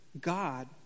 God